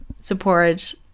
support